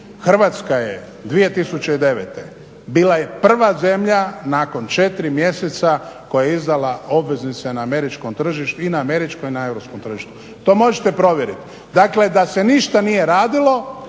Hrvatska je 2009. bila je prva zemlja nakon četiri mjeseca koja je izdala obveznice na američkom i na europskom tržištu. To možete provjeriti, dakle da se ništa nije radilo,